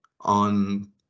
on